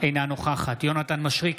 אינה נוכחת יונתן מישרקי,